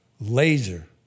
laser